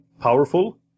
powerful